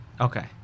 Okay